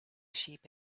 sheep